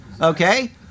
okay